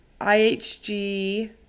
IHG